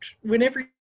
whenever